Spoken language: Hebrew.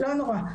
לא נורא,